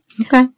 Okay